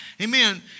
amen